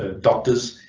ah doctors